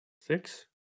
Six